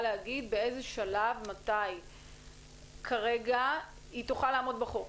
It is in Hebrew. להגיב באיזה שלב או מתי היא תוכל לעמוד בחוק